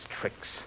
tricks